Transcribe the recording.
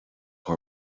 cur